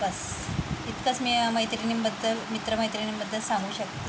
बस्स इतकंच मी मैत्रिणींबद्दल मित्रमैत्रिणींबद्दल सांगू शकते